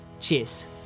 Cheers